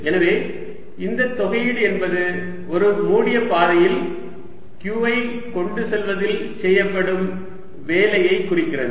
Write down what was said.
எனவே இந்த தொகையீடு என்பது ஒரு மூடிய பாதையில் q ஐ எடுத்துக்கொள்வதில் செய்யப்படும் வேலையைக் குறிக்கிறது